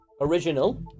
original